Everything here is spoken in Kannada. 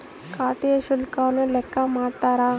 ಖಾತೆ ಶುಲ್ಕವನ್ನು ಲೆಕ್ಕ ಮಾಡ್ತಾರ